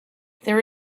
there